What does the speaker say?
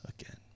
again